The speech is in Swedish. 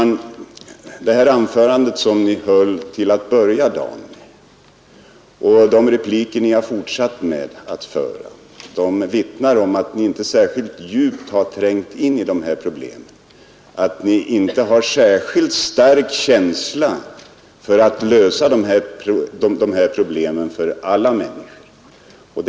Nej, herr Bohman, det första anförandet i dag och de efterföljande replikerna vittnar om att Ni inte har trängt in i de här problemen särskilt djupt, att Ni inte har särskilt stark känsla för att lösa dessa problem för alla människor.